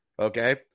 Okay